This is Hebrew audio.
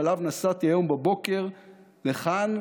שעליו נסעתי היום בבוקר לכאן,